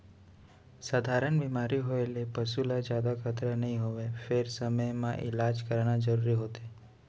सधारन बेमारी होए ले पसू ल जादा खतरा नइ होवय फेर समे म इलाज कराना जरूरी होथे